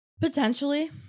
potentially